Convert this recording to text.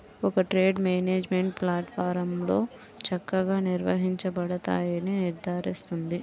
ఒక trade management ప్లాట్ఫారమ్లో చక్కగా నిర్వహించబడతాయని నిర్ధారిస్తుంది